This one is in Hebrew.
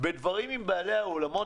עם בעלי האולמות